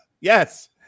Yes